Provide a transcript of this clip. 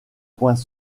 points